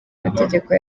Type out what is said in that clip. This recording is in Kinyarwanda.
mategeko